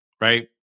right